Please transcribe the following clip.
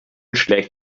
schlägt